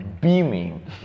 beaming